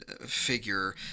figure